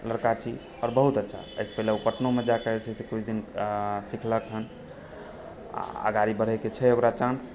लड़िका छी आओर बहुत अच्छा एहिसँ पहिने ओ पटनोमे जा कऽ जे छै से किछु दिन सिखलक हन आगाड़ी बढ़ैकेँ छै ओकरा चान्स